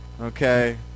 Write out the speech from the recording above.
Okay